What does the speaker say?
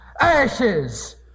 Ashes